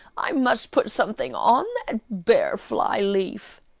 i must put something on that bare fly-leaf.